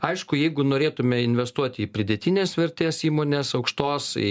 aišku jeigu norėtume investuoti į pridėtinės vertės įmones aukštos į